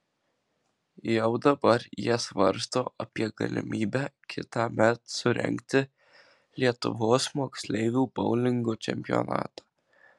jau dabar jie svarsto apie galimybę kitąmet surengti lietuvos moksleivių boulingo čempionatą